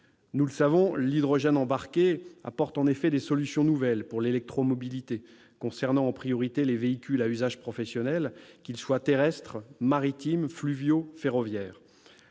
Nous le savons, l'hydrogène embarqué apporte en effet pour l'électromobilité des solutions nouvelles concernant en priorité les véhicules à usage professionnel, qu'ils soient terrestres, maritimes, fluviaux ou ferroviaires.